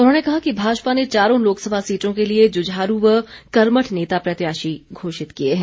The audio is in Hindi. उन्होंने कहा कि भाजपा ने चारों लोकसभा सीटों के लिए जुझारू व कर्मठ नेता प्रत्याशी घोषित किए हैं